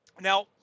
Now